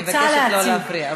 באמת.